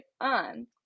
on